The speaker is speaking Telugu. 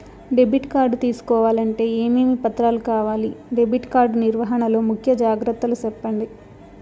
డెబిట్ కార్డు తీసుకోవాలంటే ఏమేమి పత్రాలు కావాలి? డెబిట్ కార్డు నిర్వహణ లో ముఖ్య జాగ్రత్తలు సెప్పండి?